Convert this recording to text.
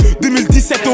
2017